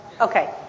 Okay